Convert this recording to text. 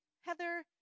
Heather